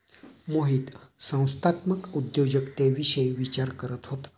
मोहित संस्थात्मक उद्योजकतेविषयी विचार करत होता